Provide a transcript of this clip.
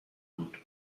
بود